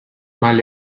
mal